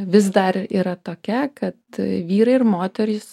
vis dar yra tokia kad vyrai ir moterys